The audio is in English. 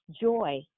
joy